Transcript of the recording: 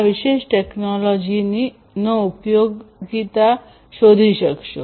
ઔદ્યોગિક એપ્લિકેશનો માટે પણ તમે આ વિશેષ ટેકનોલોજીની ઉપયોગિતા શોધી શકશો